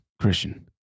Christian